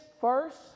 first